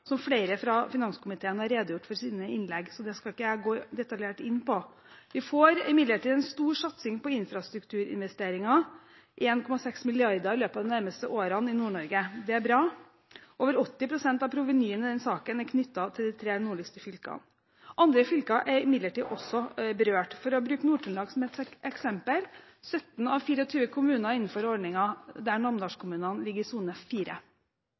som flere i finanskomiteen har redegjort for i sine innlegg, så det skal ikke jeg gå detaljert inn på. Vi får imidlertid en stor satsing på infrastrukturinvesteringer, 1,6 mrd. kr, i løpet av de nærmeste årene i Nord-Norge. Det er bra. Over 80 pst. av provenyet i den saken er knyttet til de tre nordligste fylkene. Andre fylker er imidlertid også berørt. For å bruke Nord-Trøndelag som et eksempel: 17 av 24 kommuner er innenfor ordningen, der Namdalskommunene ligger i sone